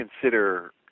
consider